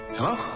Hello